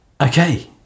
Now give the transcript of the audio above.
Okay